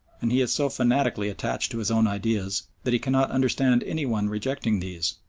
and he is so fanatically attached to his own ideas that he cannot understand any one rejecting these,